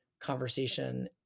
conversation